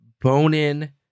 bone-in